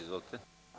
Izvolite.